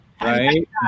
Right